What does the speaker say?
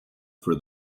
for